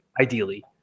Ideally